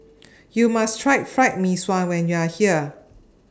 YOU must Try Fried Mee Sua when YOU Are here